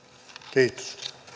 kiitos